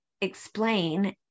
explain